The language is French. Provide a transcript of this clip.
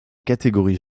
catégories